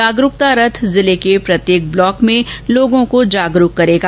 जागरूकता रथ जिले के प्रत्येक ब्लॉक में लोगों को जागरुक करेगा